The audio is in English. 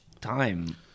time